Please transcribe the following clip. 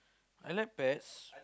I like pets